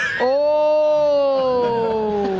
oh